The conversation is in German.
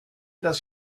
dass